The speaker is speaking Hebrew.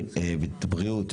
בריאות,